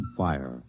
fire